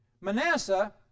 Manasseh